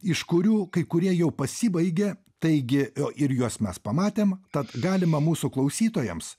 iš kurių kai kurie jau pasibaigė taigi ir juos mes pamatėm tad galima mūsų klausytojams